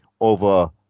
over